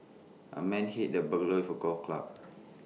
the man hit the burglar for golf club